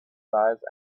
size